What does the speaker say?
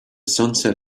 sunset